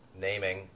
naming